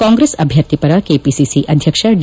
ಕಾಂಗ್ರೆಸ್ ಅಭ್ಯರ್ಥಿ ಪರ ಕೆಪಿಸಿಸಿ ಅಧ್ಯಕ್ಷ ಡಿ